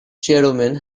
chairwoman